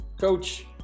Coach